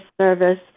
service